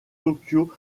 tokyo